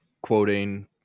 quoting